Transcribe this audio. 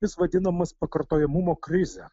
jis vadinamas pakartojamumo krize